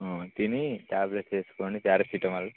తిని ట్యాబ్లెట్స్ వేసుకోండి పారాసెటమాల్